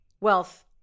wealth